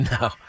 No